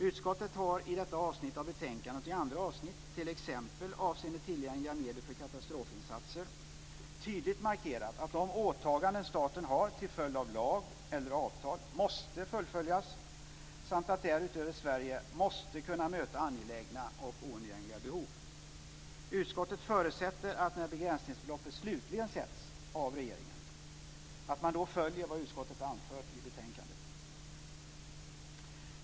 Utskottet har i detta avsnitt av betänkandet och i andra avsnitt, t.ex. avseende tillgängliga medel för katastrofinsatser, tydligt markerat att de åtaganden som staten har till följd av lag eller avtal måste fullföljas samt att Sverige därutöver måste kunna möta angelägna och oundgängliga behov. Utskottet förutsätter att regeringen, när begränsningsbeloppet slutligen sätts, följer vad utskottet anfört i betänkandet.